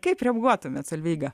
kaip reaguotumėt solveiga